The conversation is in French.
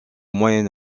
moyen